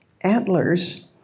antlers